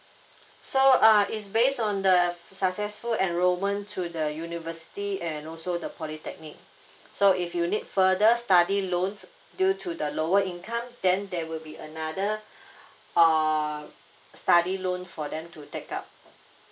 so uh is base on the successful enrolment to the university and also the polytechnic so if you need further study loans due to the lower income then there will be another err study loan for them to take up